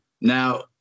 Now